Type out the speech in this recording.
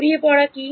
ছড়িয়ে পড়া কী